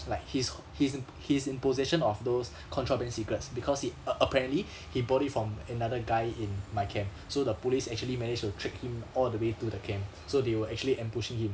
like he's he's in he's in possession of those contraband cigarettes because it a~ apparently he bought it from another guy in my camp so the police actually managed to track him all the way to the camp so they were actually ambushing him